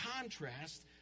contrast